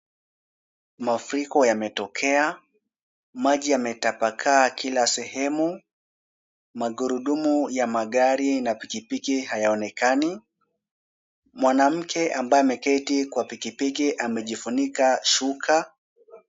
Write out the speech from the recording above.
Mafuriko yametokea. Maji yametapakaa kila sehemu. Magurudumu ya magari na piki piki hayaonekani. Mwanamke ambaye ameketi kwa piki piki amejifunika shuka.